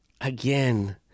Again